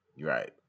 Right